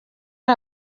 ari